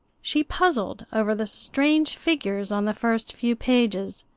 she puzzled over the strange figures on the first few pages,